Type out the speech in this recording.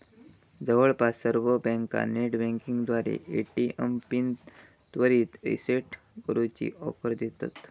जवळपास सर्व बँका नेटबँकिंगद्वारा ए.टी.एम पिन त्वरित रीसेट करूची ऑफर देतत